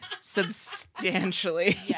substantially